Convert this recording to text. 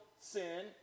sin